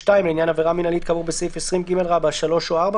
(2)לעניין עבירה מינהלית כאמור בסעיף 20ג(3) או (4)